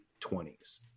20s